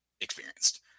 experienced